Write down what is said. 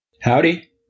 Howdy